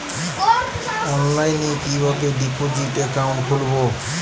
অনলাইনে কিভাবে deposit account খুলবো?